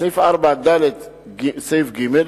בסעיף 14ד(ג)